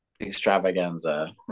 Extravaganza